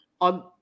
on